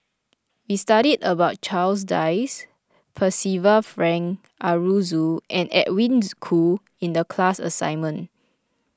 We studied about Charles Dyce Percival Frank Aroozoo and Edwin Koo in the class assignment